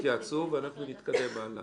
והוא לא רוצה להתקרב למשהו